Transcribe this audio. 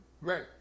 Right